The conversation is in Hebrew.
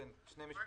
כן, שני משפטים.